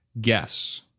Guess